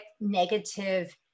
negative